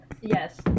yes